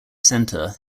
centre